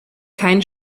kein